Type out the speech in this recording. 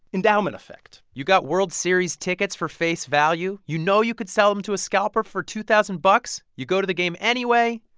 endowment effect you've got world series tickets for face value. you know you could sell them to a scalper for two thousand bucks. you go to the game anyway?